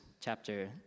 chapter